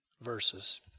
verses